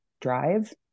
drive